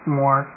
more